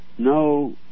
No